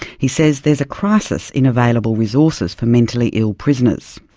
he says there's a crisis in available resources for mentally ill prisoners.